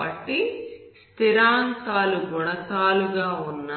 కాబట్టి స్థిరాంకాలు గుణకాలుగా ఉన్న